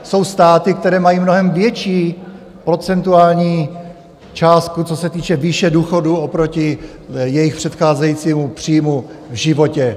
Jsou státy, které mají mnohem větší procentuální částku, co se týče výše důchodu oproti jejich předcházejícímu příjmu v životě.